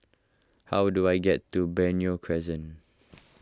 how do I get to Benoi Crescent